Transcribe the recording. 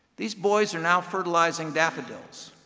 these boys are now fertilizing daffodils.